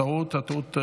טעות,